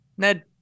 Ned